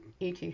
ET